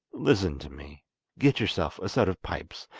listen to me get yourself a set of pipes,